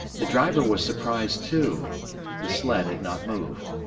the driver was surprised, too the sled had not moved.